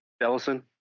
Ellison